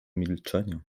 milczenia